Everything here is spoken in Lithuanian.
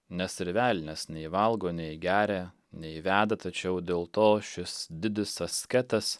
nes ir velnias nei valgo nei geria nei veda tačiau dėl to šis didis asketas